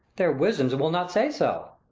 their wisdoms will not say so.